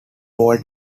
poll